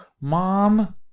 Mom